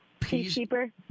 Peacekeeper